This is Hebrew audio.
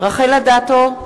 רחל אדטו,